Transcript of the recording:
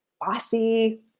bossy